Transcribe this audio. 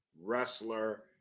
wrestler